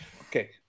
Okay